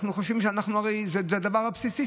אנחנו חושבים שהרי זה הדבר הבסיסי,